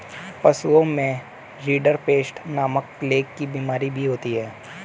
पशुओं में रिंडरपेस्ट नामक प्लेग की बिमारी भी होती है